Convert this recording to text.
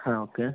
ಹಾಂ ಓಕೆ